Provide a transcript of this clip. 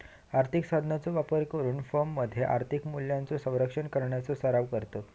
आर्थिक साधनांचो वापर करून फर्ममध्ये आर्थिक मूल्यांचो संरक्षण करण्याचो सराव करतत